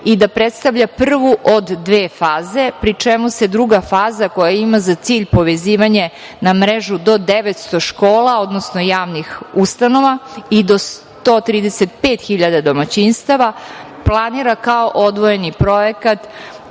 i da predstavlja prvu od dve faze, pri čemu se druga faza koja ima za cilj povezivanje na mrežu do 900 škola, odnosno javnih ustanova i 135 hiljada domaćinstava planira kao odvojeni projekat